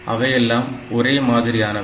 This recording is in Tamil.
அவையெல்லாம் ஒரே மாதிரியானவை